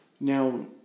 Now